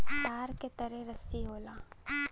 तार के तरे रस्सी होला